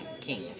king